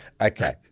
Okay